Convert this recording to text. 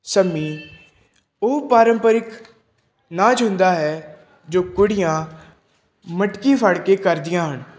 ਸੰਮੀ ਉਹ ਪਾਰੰਪਰਿਕ ਨਾਚ ਹੁੰਦਾ ਹੈ ਜੋ ਕੁੜੀਆਂ ਮਟਕੀ ਫੜ ਕੇ ਕਰਦੀਆਂ ਹਨ